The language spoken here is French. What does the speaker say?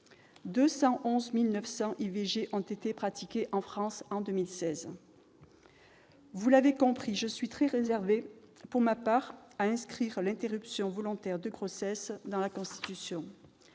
211 900 IVG ont été pratiquées en France en 2016. Vous l'avez compris, je suis très réservée s'agissant de l'inscription de l'interruption volontaire de grossesse dans la Constitution.